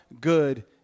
good